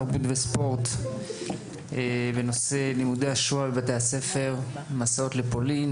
התרבות והספורט בנשוא לימודי השואה בבתי הספר והמסעות לפולין,